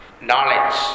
knowledge